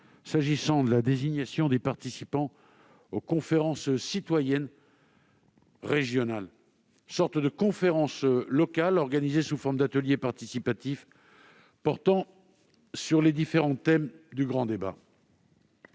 s'agissant de la désignation des participants aux conférences citoyennes régionales, sortes de conférences locales organisées sous forme d'ateliers participatifs portant sur les différents thèmes du grand débat.